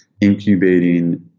incubating